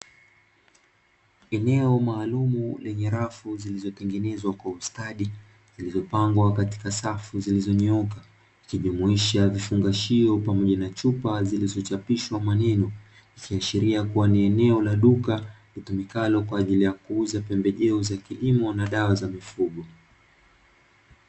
Eneo maalumu lenye rafu zilizotengenezwa kwa ustadi zilizopangwa katika safu zilizonyooka ikijumuisha vifungashio pamoja na chupa zilizochapishwa maneno, ikiashiria kuwa ni eneo la duka litumikalo kwa ajili ya kuuza pembejeo za kilimo na dawa za mifugo.